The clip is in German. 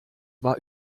war